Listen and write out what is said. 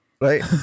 Right